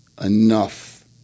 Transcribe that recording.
enough